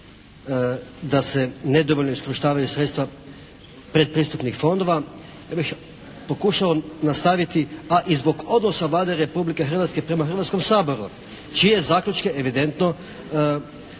da se nedovoljno iskorištavaju sredstva predpristupnih fondova ja bih pokušao nastaviti, a i zbog odnosa Vlade Republike Hrvatske prema Hrvatskom saboru čije zaključke evidentno Vlada